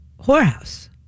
Whorehouse